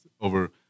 over